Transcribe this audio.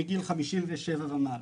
מגיל 57 ומעלה.